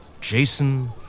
Jason